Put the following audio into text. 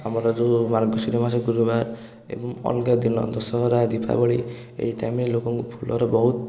ଆମର ଯେଉଁ ମାର୍ଗଶୀର ମାସ ଗୁରୁବାର ଏବଂ ଅଲଗା ଦିନ ଦଶହରା ଦୀପାବଳୀ ଏହି ଟାଇମରେ ଲୋକଙ୍କୁ ଫୁଲର ବହୁତ